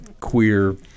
queer